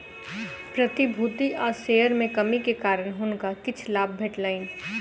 प्रतिभूति आ शेयर में कमी के कारण हुनका किछ लाभ भेटलैन